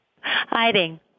Hiding